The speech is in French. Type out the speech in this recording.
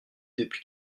depuis